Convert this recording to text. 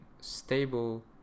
stable